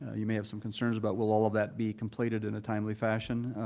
you may have some concerns about will all of that be completed in a timely fashion.